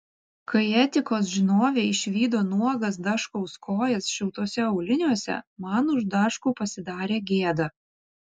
kai etikos žinovė išvydo nuogas daškaus kojas šiltuose auliniuose man už daškų pasidarė gėda